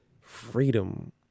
freedom